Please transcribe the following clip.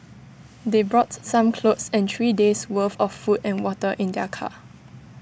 they brought some clothes and three days' worth of food and water in their car